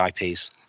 IPs